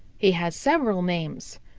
he has several names.